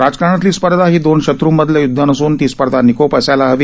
राजकारणातली स्पर्धा ही दोन शत्र्मधलं यूदध नसून ही स्पर्धा निकोप असायला हवी